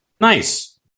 Nice